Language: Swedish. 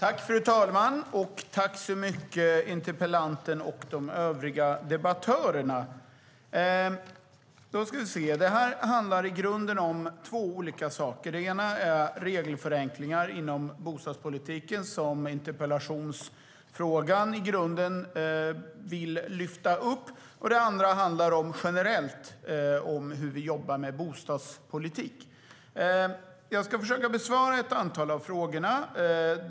Fru talman! Tack till interpellanten och de övriga debattörerna! Det här handlar i grunden om två olika saker. Det ena är regelförenklingar inom bostadspolitiken, som interpellationen tar upp, och det andra är hur vi generellt jobbar med bostadspolitik. Jag ska försöka besvara ett antal av frågorna.